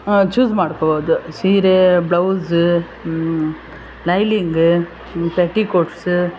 choose ಮಾಡ್ಕೊಳ್ಬೋದು ಸೀರೆ blouse lining petticoats